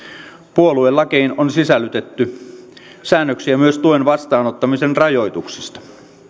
puoluelakiin on sisällytetty säännöksiä myös tuen vastaanottamisen rajoituksista